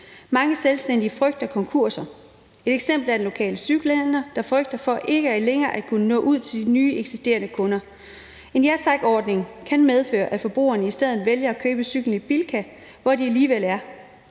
Mange selvstændige frygter konkurser. Et eksempel er den lokale cykelhandler, der frygter ikke længere at kunne nå ud til de nye og eksisterende kunder. En ja tak-ordning kan medføre, at forbrugerne i stedet for vælger at købe cyklen i Bilka, hvor de alligevel er